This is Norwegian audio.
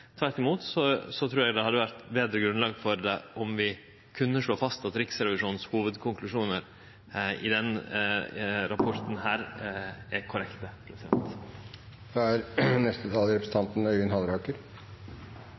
Tvert imot trur eg det hadde vore eit betre grunnlag for det om vi kunne slå fast at Riksrevisjonens hovudkonklusjonar i denne rapporten er korrekte.